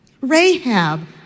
Rahab